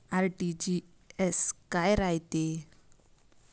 RTGS काय रायते?